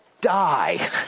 die